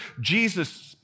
Jesus